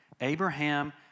Abraham